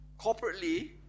corporately